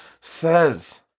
says